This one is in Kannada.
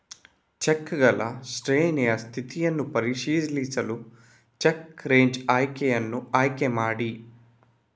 ಚೆಕ್ಗಳ ಶ್ರೇಣಿಯ ಸ್ಥಿತಿಯನ್ನು ಪರಿಶೀಲಿಸಲು ಚೆಕ್ ರೇಂಜ್ ಆಯ್ಕೆಯನ್ನು ಆಯ್ಕೆ ಮಾಡಿ